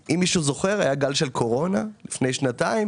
בגל של הקורונה לפני שנתיים